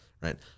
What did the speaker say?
right